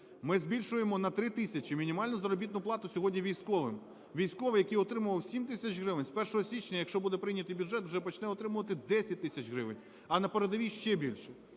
Ми збільшуємо на 3 тисячі мінімальну заробітну плату сьогодні військовим. Військовий, який отримував 7 тисяч гривень, з 1 січня, якщо буде прийнятий бюджет, уже почне отримувати 10 тисяч гривень, а на передовій – ще більше.